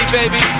baby